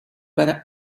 better